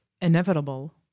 inevitable